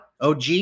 OG